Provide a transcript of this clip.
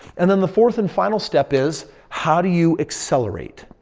and then the fourth and final step is, how do you accelerate?